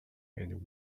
and